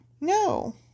No